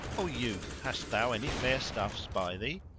o youth, hast thou any fair stuffs by thee?